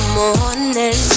morning